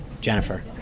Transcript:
Jennifer